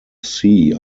sea